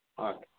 okay